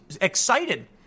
excited